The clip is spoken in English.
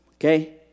Okay